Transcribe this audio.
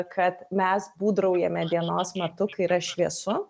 kad mes būdraujame dienos metu kai yra šviesu